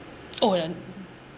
oh then